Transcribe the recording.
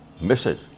message